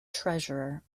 treasurer